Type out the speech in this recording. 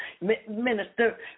Minister